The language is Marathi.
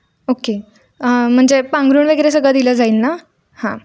ओके म्हणजे पांघरूण वगैरे सगळं दिलं जाईल ना हां